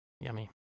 Yummy